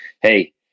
Hey